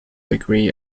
degree